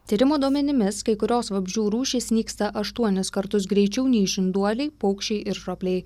tyrimų duomenimis kai kurios vabzdžių rūšys nyksta aštuonis kartus greičiau nei žinduoliai paukščiai ir ropliai